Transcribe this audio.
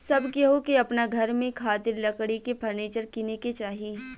सब केहू के अपना घर में खातिर लकड़ी के फर्नीचर किने के चाही